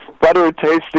butter-tasting